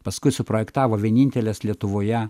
paskui suprojektavo vienintelės lietuvoje